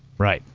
right.